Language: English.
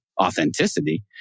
authenticity